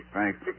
Thanks